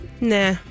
nah